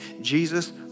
Jesus